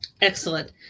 Excellent